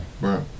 right